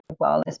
wellness